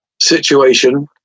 situation